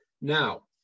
Now